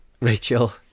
Rachel